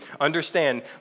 understand